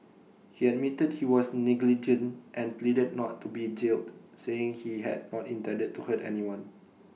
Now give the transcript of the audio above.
he admitted he was negligent and pleaded not to be jailed saying he had not intended to hurt anyone